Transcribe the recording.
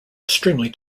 extremely